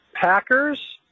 Packers